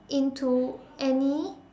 into any